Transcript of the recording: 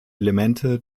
elemente